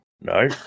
No